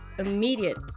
immediate